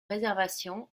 réservation